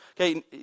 Okay